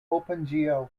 opengl